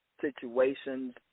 situations